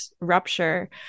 rupture